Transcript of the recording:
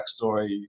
backstory